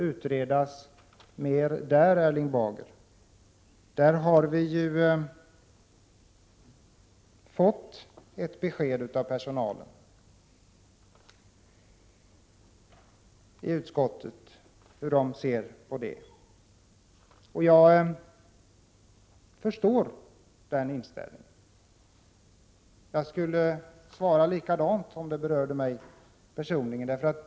Utskottet har ju fått besked av personalen om hur man ser på det. Jag förstår de anställdas inställning — jag skulle svara likadant om det berörde mig personligen.